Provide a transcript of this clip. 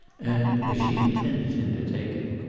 and as she intended him to take it.